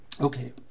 Okay